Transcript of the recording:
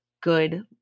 good